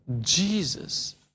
Jesus